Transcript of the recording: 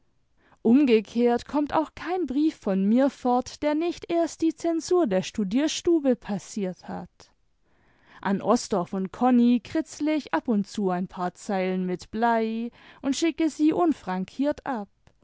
umgekehrt kommt auch kein brief von mir fort der nicht erst die zensur der studierstube passiert hat an osdorff und konni kritzle ich ab und zu ein paar zeilen mit blei und schicke sie unfrankiert ab